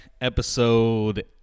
Episode